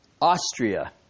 Austria